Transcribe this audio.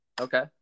Okay